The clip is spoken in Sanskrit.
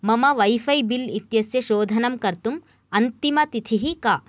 मम वैफ़ै बिल् इत्यस्य शोधनं कर्तुम् अन्तिमतिथिः का